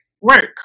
work